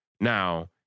Now